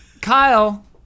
Kyle